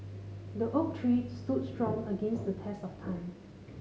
the oak tree stood strong against the test of time